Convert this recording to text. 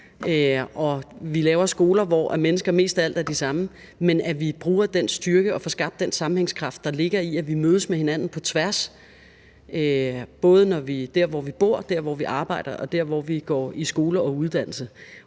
laver skoler, hvor menneskene mest af alt er de samme, men at vi bruger den styrke og får skabt den sammenhængskraft, der ligger i, at vi mødes med hinanden på tværs, både der, hvor vi bor, der, hvor vi arbejder, og der, hvor vi går i skole og er under